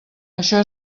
això